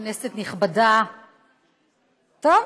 כנסת נכבדה, טוב,